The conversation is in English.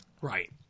Right